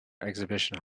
exhibition